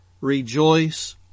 rejoice